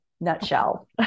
nutshell